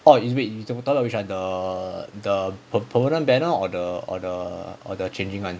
ugh 你 wait you talking about which [one] the the permanent banner or the or the or the changing [one]